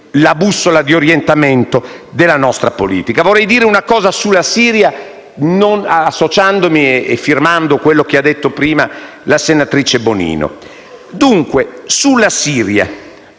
la bussola di orientamento della nostra politica. Vorrei dire una cosa sulla Siria, associandomi e firmando quello che ha detto prima la senatrice Bonino. Dunque, sulla Siria